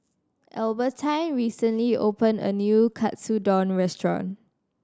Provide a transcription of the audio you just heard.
Albertine recently opened a new Katsudon Restaurant